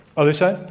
other side?